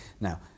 Now